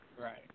Right